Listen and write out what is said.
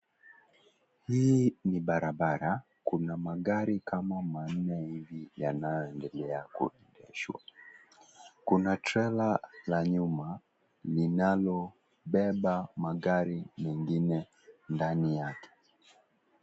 Hii ni barabara kuna magari kama manne hivi, yanayoendelea kuendeshwa. Kuna trela la nyuma linalobeba magari mengine ndani yake.